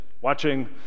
watching